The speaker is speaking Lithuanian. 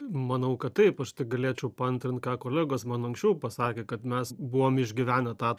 manau kad taip aš tai galėčiau paantrint ką kolegos man anksčiau pasakė kad mes buvom išgyvenę tą